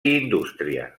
indústria